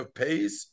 pays